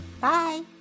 Bye